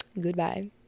goodbye